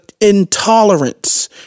intolerance